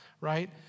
right